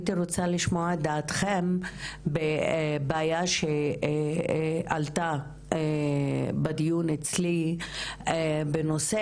שהייתי רוצה לשמוע את דעתכם בבעיה שעלתה בדיון אצלי בנושא